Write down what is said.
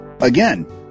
Again